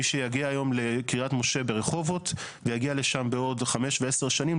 מי שיגיע היום לקריית משה ברחובות ויגיע לשם בעוד חמש ועשר שנים,